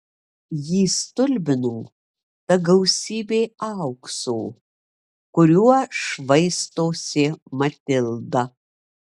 jį stulbino ta gausybė aukso kuriuo švaistosi matilda